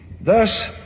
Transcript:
Thus